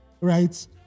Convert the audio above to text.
right